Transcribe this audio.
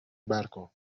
barco